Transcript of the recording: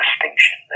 distinction